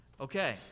Okay